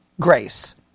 grace